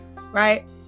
Right